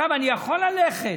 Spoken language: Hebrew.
אני יכול ללכת